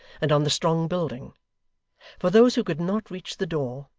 and on the strong building for those who could not reach the door,